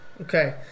Okay